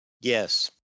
Yes